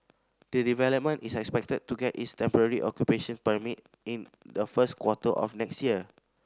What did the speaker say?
the development is expected to get its temporary occupation permit in the first quarter of next year